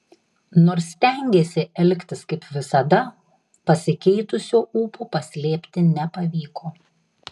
nors stengėsi elgtis kaip visada pasikeitusio ūpo paslėpti nepavyko